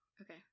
Okay